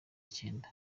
cyenda